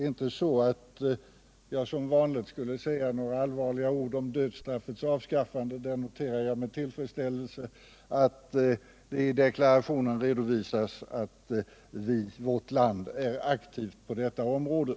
Jag har inte för avsikt att som vanligt plädera för dödsstraffets avskaffande —- jag noterade med tillfredsställelse att det i utrikesministerns deklaration redovisas att vårt land är aktivt på detta område.